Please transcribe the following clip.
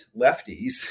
lefties